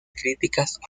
críticas